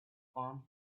palm